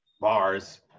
Bars